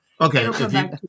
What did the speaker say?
Okay